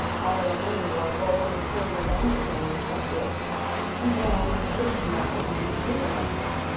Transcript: although many wore gold and silver bangles on their front wrists and bands of different metals on their rear ankles.